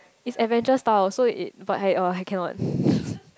it's adventure style so it but I oh I cannot